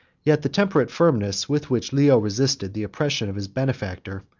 yet the temperate firmness with which leo resisted the oppression of his benefactor,